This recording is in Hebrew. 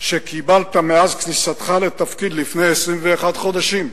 שקיבלת מאז כניסתך לתפקיד לפני 21 חודשים.